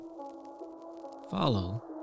Follow